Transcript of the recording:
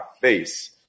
face